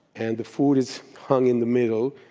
and the food is hung in the middle.